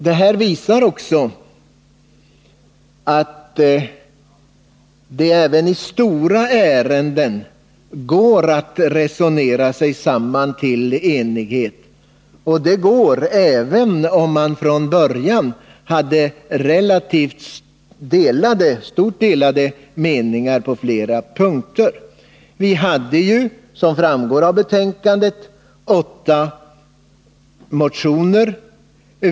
Det visar sig alltså att det även i stora ärenden går att resonera sig samman till enighet — även om man från början i relativt stor utsträckning hade delade meningar på flera punkter. Som framgår av betänkandet hade vi åtta motioner att behandla.